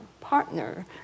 partner